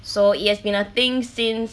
so it has been nothing since